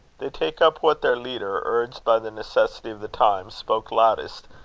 they take up what their leader, urged by the necessity of the time, spoke loudest,